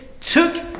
took